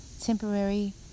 temporary